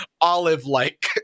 olive-like